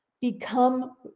become